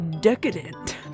decadent